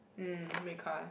mm red car